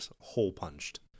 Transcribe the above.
hole-punched